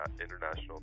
international